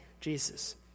Jesus